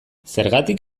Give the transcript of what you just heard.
zergatik